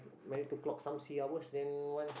manage to clock some sea hours then once